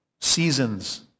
Seasons